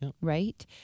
right